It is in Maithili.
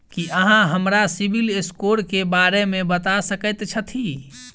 की अहाँ हमरा सिबिल स्कोर क बारे मे बता सकइत छथि?